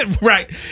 Right